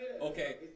Okay